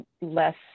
less